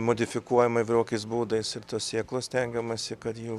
modifikuojama įvairokais būdais ir tos sėklos stengiamasi kad jų